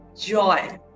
joy